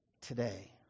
today